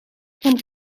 van